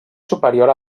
superior